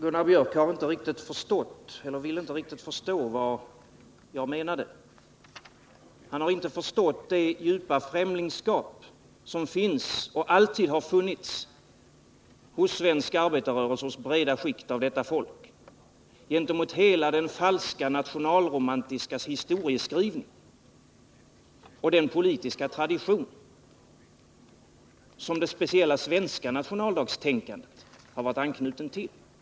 Fru talman! Gunnar Biörck i Värmdö vill inte riktigt förstå vad jag menar. Han har inte förstått det djupa främlingskap som finns och som alltid har funnits hos den svenska arbetarrörelsen och hos breda skikt av det svenska folket gentemot hela den falska nationalromantiska historieskrivningen och den politiska tradition som det speciella svenska nationaldagstänkandet har varit anknutet till.